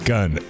Gun